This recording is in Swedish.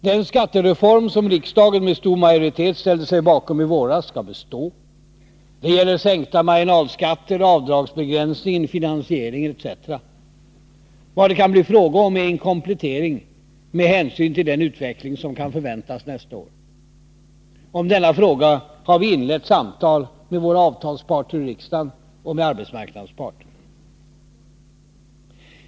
Den skattereform som riksdagen med stor majoritet ställde sig bakom i våras skall bestå. Det gäller sänkta marginalskatter, avdragsbegränsningen, finansieringen etc. Vad det kan bli fråga om är en komplettering med hänsyn till den utveckling som kan förväntas nästa år. Om denna fråga har vi inlett samtal med våra avtalsparter i riksdagen och med arbetsmarknadens parter.